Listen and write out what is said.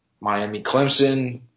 Miami-Clemson